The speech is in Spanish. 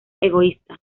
egoísta